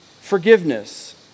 forgiveness